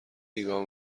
نگاه